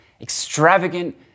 Extravagant